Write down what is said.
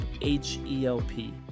H-E-L-P